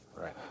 Right